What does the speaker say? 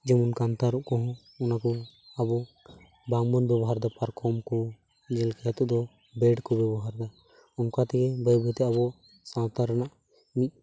ᱡᱮᱢᱚᱱ ᱠᱟᱱᱛᱷᱟ ᱨᱚᱜ ᱠᱚᱦᱚᱸ ᱚᱱᱟᱠᱚ ᱟᱵᱚ ᱵᱟᱝᱵᱚᱱ ᱵᱮᱵᱚᱦᱟᱨ ᱮᱫᱟ ᱯᱟᱨᱠᱚᱢ ᱠᱚ ᱡᱮᱞᱮᱠᱟ ᱱᱤᱛᱚᱜ ᱫᱚ ᱵᱮᱰᱠᱚ ᱵᱮᱵᱚᱦᱟᱨ ᱮᱫᱟ ᱚᱱᱠᱟ ᱛᱮᱜᱮ ᱵᱟᱹᱭ ᱵᱟᱹᱭᱛᱮ ᱟᱵᱚ ᱥᱟᱶᱛᱟ ᱨᱮᱱᱟᱜ ᱢᱤᱫ